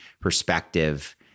perspective